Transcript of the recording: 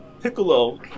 Piccolo